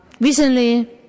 recently